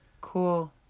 Cool